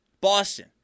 Boston